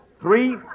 three